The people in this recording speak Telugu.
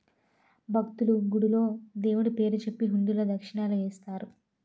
భక్తులు, గుడిలో దేవుడు పేరు చెప్పి హుండీలో దక్షిణలు వేస్తారు